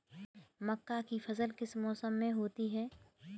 मक्का की फसल किस मौसम में होती है?